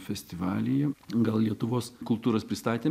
festivalyje gal lietuvos kultūros pristatė